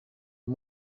uwo